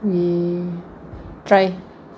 we try